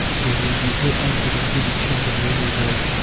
there will be no end to the evictions and removals.